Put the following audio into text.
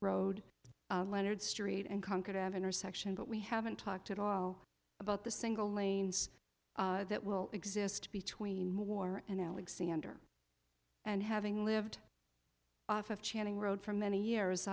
road leonard street and concord and intersection but we haven't talked at all about the single lanes that will exist between war and alexander and having lived off of channing road for many years